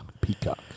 Peacock